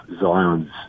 Zion's